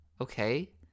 okay